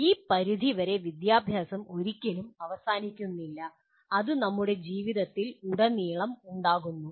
ഈ പരിധി വരെ വിദ്യാഭ്യാസം ഒരിക്കലും അവസാനിക്കുന്നില്ല അത് നമ്മുടെ ജീവിതത്തിലുടനീളം ഉണ്ടാകുന്നു